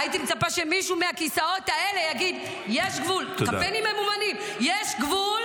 -- הייתי מצפה שמישהו מהכיסאות האלה יגיד: יש גבול.